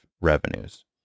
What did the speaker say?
revenues